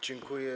Dziękuję.